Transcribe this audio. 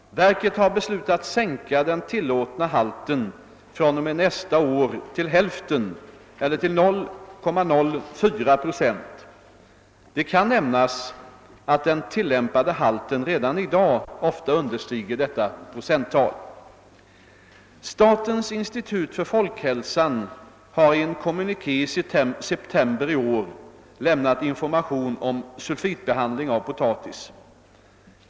Verket har beslutat sänka den tillåtna halten fr.o.m. nästa år till hälften eller till 0,04 procent. Det kan nämnas att den tillämpade halten redan i dag ofta understiger detta procenttal. Statens institut för folkhälsan har i en kommuniké i september i år lämnat information om sulfitbehandling av Ppotatis.